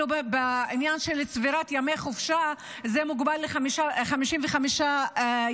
בעניין של צבירת ימי חופשה זה מוגבל ל-55 ימים,